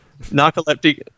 Narcoleptic